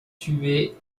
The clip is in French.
tués